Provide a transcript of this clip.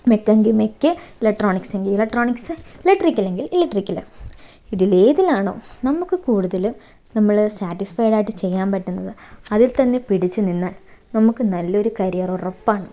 mech എങ്കിൽ mech electronics എങ്കിൽ electronics electrical എങ്കിൽ ഇലക്ട്രിക്കൽ ഇതിൽ ഏതിലാണോ നമുക്ക് കൂടുതൽ നമ്മൾ സാറ്റിസ്ഫൈഡ് ആയിട്ട് ചെയ്യാൻ പറ്റുന്നത് അതിൽ തന്നെ പിടിച്ച് നിന്ന് നമുക്ക് നല്ലൊരു കരിയർ ഉറപ്പാണ്